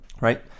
Right